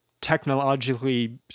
technologically